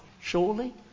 surely